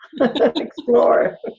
explore